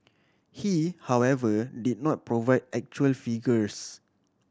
he however did not provide actual figures